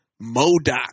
Modoc